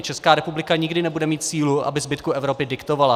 Česká republika nikdy nebude mít sílu, aby zbytku Evropy diktovala.